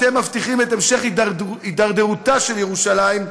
אתם מבטיחים את המשך הידרדרותה של ירושלים,